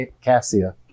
cassia